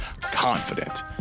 Confident